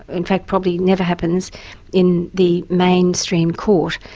in fact probably never happens in the mainstream court,